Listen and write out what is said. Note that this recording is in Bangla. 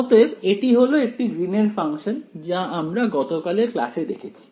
অতএব এটি হলো একটি গ্রিনের ফাংশন যা আমরা গতকালের ক্লাসে দেখেছি